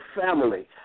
family